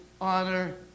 honor